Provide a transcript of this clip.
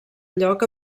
lloc